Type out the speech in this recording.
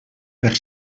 per